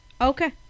Okay